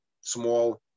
small